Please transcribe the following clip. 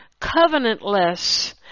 covenantless